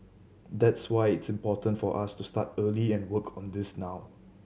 that's why it's important for us to start early and work on this now